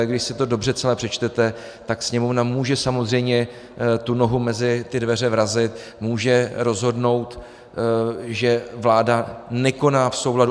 Když si to dobře celé přečtete, tak Sněmovna může samozřejmě nohu mezi dveře vrazit, může rozhodnout, že vláda nekoná v souladu.